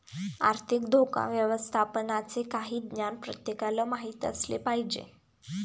आर्थिक धोका व्यवस्थापनाचे काही ज्ञान प्रत्येकाला माहित असले पाहिजे